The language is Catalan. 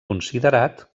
considerat